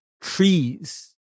trees